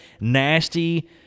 nasty